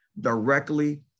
directly